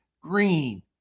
Green